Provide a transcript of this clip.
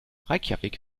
reykjavík